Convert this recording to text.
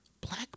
Black